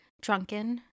drunken